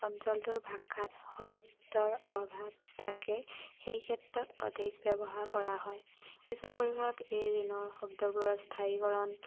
অঞ্চলটোৰ ভাষাত শব্দৰ অভাৱ থাকে সেই ক্ষেত্ৰত অধিক ব্যৱহাৰ কৰা হয় কিছু পৰিসৰত এই ঋণৰ শব্দবোৰৰ স্থায়ীকৰণ